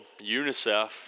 UNICEF